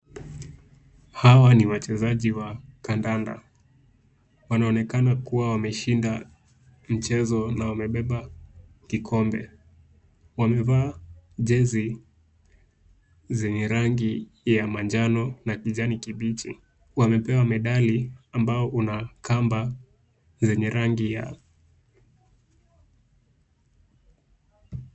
Hawa ni wachezaji wa kandanda. Wanaonekana kuwa wameshinda mchezo na wamebeba kikombe. Wamevaa jezi zenye rangi ya manjano na kijani kibichi. Wamepewa medali ambao una kamba zenye rangi ya...